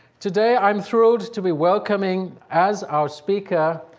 today i'm thrilled to we welcoming, as our speaker,